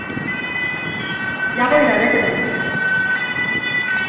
যাবোই না রেখে দেন